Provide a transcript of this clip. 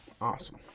Awesome